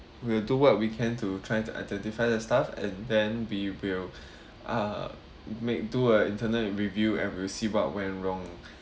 we'll do what we can to try to identify the staff and then we will uh make do a internal review and we will see what went wrong